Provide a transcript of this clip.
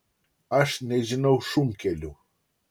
aš nežinau šunkelių